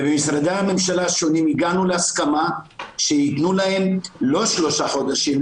ובמשרדי הממשלה השונים הגענו להסכמה שייתנו להם לא שלושה חודשים,